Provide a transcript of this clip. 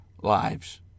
lives